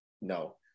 no